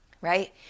right